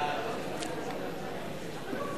ההצעה להעביר